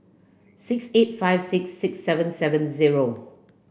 six eight five six six seven seven zero